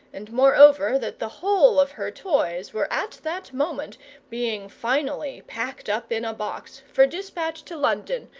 and moreover that the whole of her toys were at that moment being finally packed up in a box, for despatch to london,